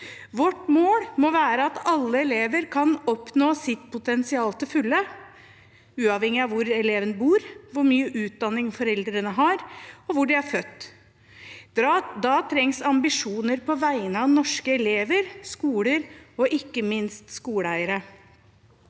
Vårt mål må være at alle elever skal oppnå sitt potensial til fulle – uavhengig av hvor de bor, hvor mye utdanning foreldrene har, og hvor de er født. Da trengs ambisjoner på vegne av norske elever, skoler og ikke minst skoleeiere.